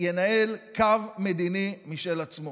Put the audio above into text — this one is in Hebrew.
ינהל קו מדיני משל עצמו.